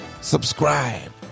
subscribe